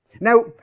Now